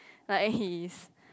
but and he's